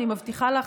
אני מבטיחה לך,